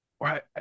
right